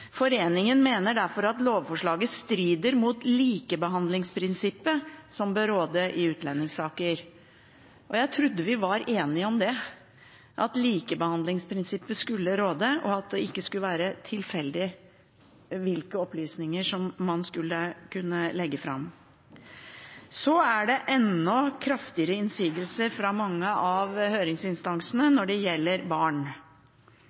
Foreningen mener derfor at lovforslaget strider mot likebehandlingsprinsippet, som bør råde i utlendingssaker.» Jeg trodde vi var enige om at likebehandlingsprinsippet skulle råde, og at det ikke skulle være tilfeldig hvilke opplysninger som man skulle kunne legge fram. Så er det enda kraftigere innsigelser fra mange av høringsinstansene når det gjelder barn.